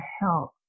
help